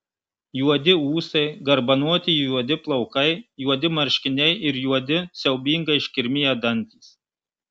juodi ūsai garbanoti juodi plaukai juodi marškiniai ir juodi siaubingai iškirmiję dantys